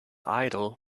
idol